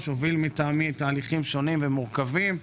היושב-ראש, הוביל מטעמי תהליכים שונים ומורכבים.